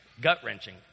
gut-wrenching